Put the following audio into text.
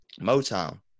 Motown